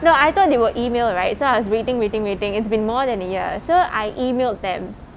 no I thought they will email right so I was waiting waiting waiting it's been more than a year so I emailed them